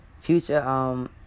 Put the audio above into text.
future